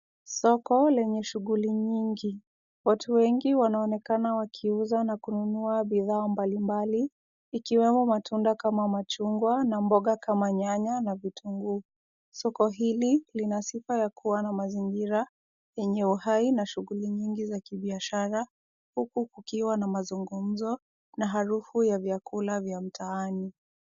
Soko lenye shughuli nyingi. Watu wengi wanaonekana wakiuza na kununua bidhaa mbalimbali, ikiwemo matunda kama machungwa, na mboga kama nyanya na vitunguu. Soko hili lina sifa ya kuwa na mazingira yenye uhai na shughuli nyingi za kibiashara huku kukiwa na mazungumzo na harufu ya vyakula vya mtaani.